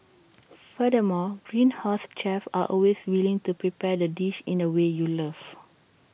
furthermore Greenhouse's chefs are always willing to prepare the dish in the way you love